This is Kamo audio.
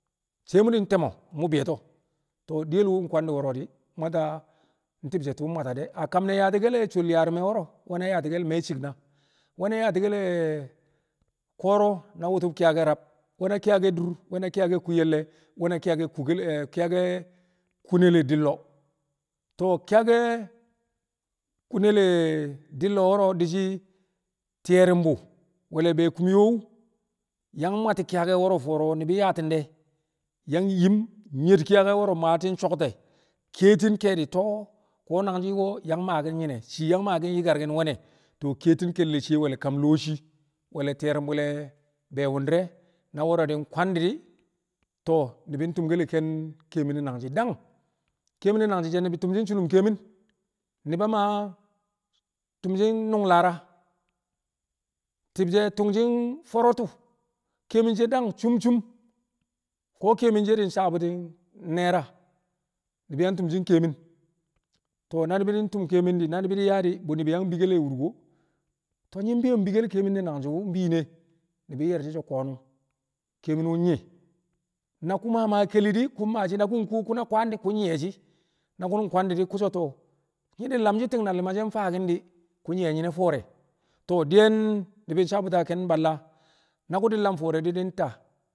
Sai mu̱ di̱ te̱mo̱ mu̱ be̱e̱to̱ to̱o̱ diyel wu̱ nkwandi̱' wo̱ro̱ di̱ mwata ti̱bshe̱ tu̱u̱ mwata de̱ a kam ne̱ yaati̱ sholi yaari̱me̱ wo̱ro̱ we̱na yaati̱ me̱e̱ ci̱k naa, we̱na yaati̱ke̱ le̱ koro na wu̱tu̱b ki̱yake̱ rab, we̱na ki̱yake̱ dur, we̱na ki̱yake̱ ku ye̱lle̱, we̱na ki̱yake̱ ku le̱ ki̱yake̱ kune le̱ di lo̱o̱ to̱o̱ ki̱yake̱ kune le̱ di lo̱o̱ wo̱ro̱ di̱ shii ti̱ye̱ru̱mbu̱ le̱ be̱e̱ bwe̱l kumyo wu̱ yang mwati̱ ki̱yake̱ wo̱ro̱ fo̱o̱ro̱ ni̱bi̱ yaati̱n de̱ yang yim nyed kiyake̱ wo̱ro̱ maati̱n sokte kiyetin ke̱e̱di̱ ko̱ nangji̱ ko̱ yang maaki̱ nyine shii yang maaki̱n yi̱karki̱n we̱ne̱ to̱o̱ kiyetin ke̱e̱di̱l shiye we̱l kaam lo̱o̱ shii we̱l le̱ ti̱ye̱ru̱mbu̱l le̱ be̱e̱ wu̱ndi̱re̱ de̱ wu̱ na wo̱ro̱ di̱ kwandi̱ di̱ to̱o̱ ni̱bi̱ ntu̱mke̱l le̱ ke̱n ke̱e̱mi̱n ne nangji̱. Dang kẹe̱mi̱n ne̱ nangji̱ she̱ ni̱bi̱ tu̱mshi̱ su̱lu̱m ke̱e̱mi̱n. knu̱ba Yamba tu̱mshi̱n nu̱ng lara ti̱bshe̱ tu̱mshi̱ nfo̱ro̱tu̱ ke̱e̱mi̱n she̱ dang cuum cuum ko̱ ke̱e̱mi̱n she̱ sabu̱ti̱ naira. Ni̱bi̱ yang tu̱mshi̱ ke̱e̱mi̱n to̱o̱ na ni̱bi̱ ntu̱m ke̱e̱mi̱n di̱ na ni̱bi̱ di̱ a di̱ yang bikkel le̱ wurko to̱o̱ nyi̱ bi̱yo̱ bikkel le̱ kẹe̱mi̱n ne̱ nangji̱ wu̱ mbi̱i̱ne̱? Ni̱bi̱ nye̱r shi̱ so̱ ko̱nu̱n ke̱e̱mi̱n wu̱ nyi na ku̱ ma ma ke̱li̱ di̱ ku̱ maa shi̱ na ku̱ kuwo ku̱na kwaan di̱ ku̱ nyi̱ye̱ shi̱ na ku̱ kwandi̱ di̱ ku̱ so̱. to̱o̱ nyi̱ di̱ lam shi̱ ti̱ng na li̱ma she̱ mfaaki̱n di̱ ku̱ nyi̱ye̱ nyine fo̱o̱re̱. Tọo̱ diyen ni̱bi̱ nsabu̱ti̱ a ke̱n balla na ku̱ di̱ ka lam fo̱o̱re̱ di̱ di̱ nta.